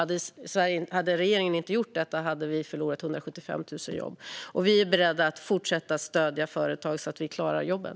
Hade regeringen inte gjort detta hade vi förlorat 175 000 jobb. Vi är beredda att fortsätta stödja företag så att vi klarar jobben.